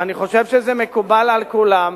ואני חושב שזה מקובל על כולם,